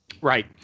Right